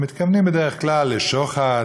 ומתכוונים בדרך כלל לשוחד,